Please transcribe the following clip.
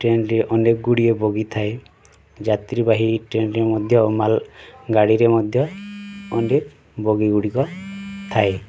ଟ୍ରେନ୍ରେ ଅନେକ ଗୁଡ଼ିଏ ବଗି ଥାଏ ଯାତ୍ରୀ ବାହୀ ଟ୍ରେନ୍ରେ ମଧ୍ୟ ମାଲ୍ ଗାଡ଼ିରେ ମଧ୍ୟ ଅନେକ ବଗି ଗୁଡ଼ିକ ଥାଏ